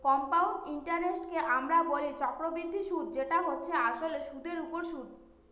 compound ইন্টারেস্টকে আমরা বলি চক্রবৃদ্ধি সুদ যেটা হচ্ছে আসলে সুধের ওপর সুদ